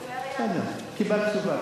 בסדר, קיבלת תשובה.